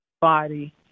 body